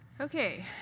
Okay